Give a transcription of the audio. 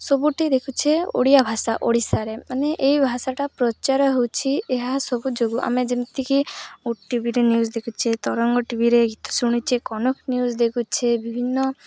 ସବୁଠି ଦେଖୁଛେ ଓଡ଼ିଆ ଭାଷା ଓଡ଼ିଶାରେ ମାନେ ଏଇ ଭାଷାଟା ପ୍ରଚାର ହେଉଛି ଏହା ସବୁ ଯୋଗୁଁ ଆମେ ଯେମିତିକି ଓଟିଭିରେ ନ୍ୟୁଜ୍ ଦେଖୁଛେ ତରଙ୍ଗ ଟିଭିରେ ଗୀତ ଶୁଣୁଛେ କନକ ନ୍ୟୁଜ୍ ଦେଖୁଛେ ବିଭିନ୍ନ